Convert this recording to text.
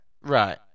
Right